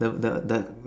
the the the